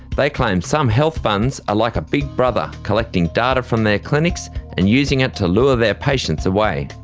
they claim some health funds are like a big brother, collecting data from their clinics and using it to lure their patients away.